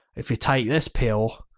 if you take this pill,